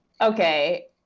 Okay